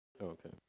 Okay